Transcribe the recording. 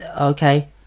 Okay